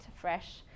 fresh